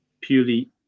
Purely